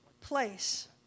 place